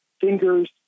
fingers